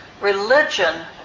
Religion